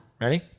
ready